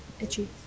itchy